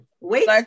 Wait